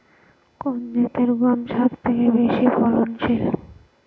কোন জাতের গম সবথেকে বেশি ফলনশীল?